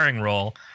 role